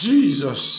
Jesus